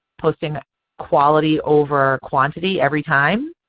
posting quality over quantity every time,